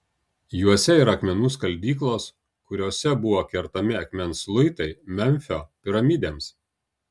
juose yra akmenų skaldyklos kuriose buvo kertami akmens luitai memfio piramidėms